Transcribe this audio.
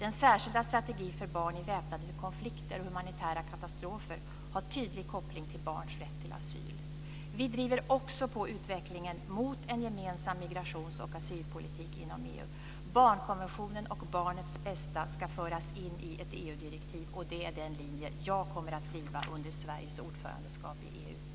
Den särskilda strategi för barn i väpnade konflikter och humanitära katastrofer har en tydlig koppling till barns rätt till asyl. Vi driver också på utvecklingen mot en gemensam migrations och asylpolitik inom EU. Barnkonventionen och barnets bästa ska föras in i ett EU-direktiv. Det är den linje jag kommer att driva under Sveriges ordförandeskap i